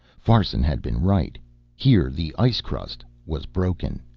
farson had been right here the ice crust was broken.